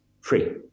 free